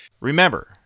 Remember